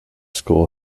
school